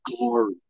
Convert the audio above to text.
glory